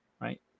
right